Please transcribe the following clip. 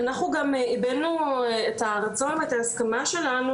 אנחנו גם הבענו את הרצון ואת ההסכמה שלנו